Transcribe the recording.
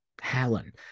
Helen